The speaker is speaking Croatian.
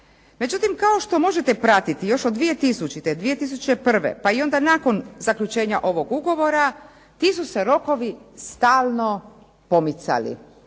Međutim, kao što možete pratiti još od 2000., 2001. pa i onda nakon zaključenja ovog ugovora, ti su se rokovi stalno pomicali,